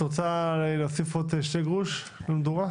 את רוצה להוסיף עוד שני גרוש ללירה?